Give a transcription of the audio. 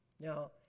Now